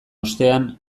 ostean